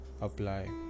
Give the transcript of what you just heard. apply